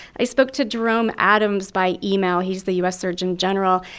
i spoke to jerome adams by email. he's the u s. surgeon general.